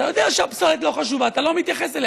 אתה יודע שהפסולת לא חשובה, אתה לא מתייחס אליה.